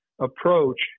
approach